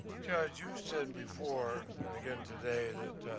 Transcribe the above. you said before and again today that